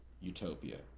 utopia